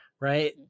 right